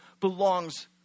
belongs